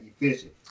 efficient